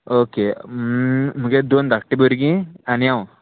okay मुगे दोन धाकटीं भुरगीं आनी हांव